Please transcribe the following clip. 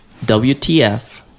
WTF